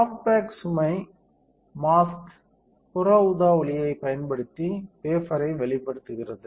soft bake சுமை mask புற ஊதா ஒளியைப் பயன்படுத்தி வேஃபர்ரை வெளிப்படுத்துகிறது